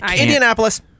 Indianapolis